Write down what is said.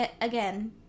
again